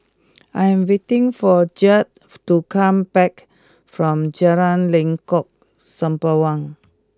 I am waiting for Judd to come back from Jalan Lengkok Sembawang